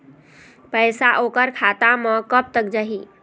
पैसा ओकर खाता म कब तक जाही?